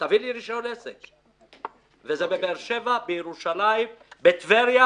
וזה ככה בבאר שבע, בירושלים, בטבריה.